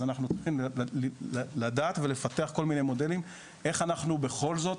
אז אנחנו צריכים לדעת ולפתח כל מיני מודלים איך אנחנו בכל זאת